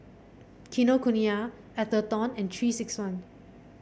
Kinokuniya Atherton and Three six one